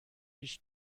هیچ